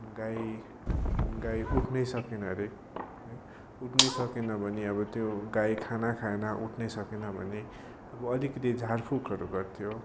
गाई गाई उठ्नै सकेन अरे है उठ्नै सकेन भने अब त्यो गाई खाना खान उठ्नै सकेन भने अब अलिकति झारफुकहरू गर्थ्यो